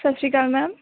Sat Sri Akal ma'am